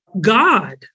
God